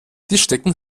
tischdecken